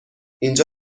اینجا